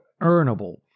Earnable